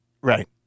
Right